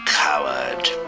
coward